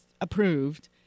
approved